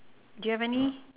do you have any